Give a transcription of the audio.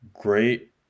great